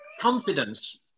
confidence